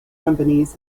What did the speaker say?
companies